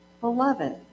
Beloved